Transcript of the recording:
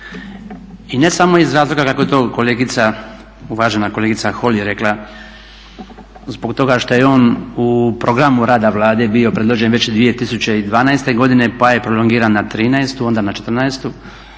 I ne samo iz razloga kako je to kolegica, uvažena kolegica Holy rekla zbog toga što je on u programu rada Vlade bi predložen već 2012.godine pa je prolongiran na 2013., onda na 2014.a